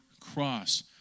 cross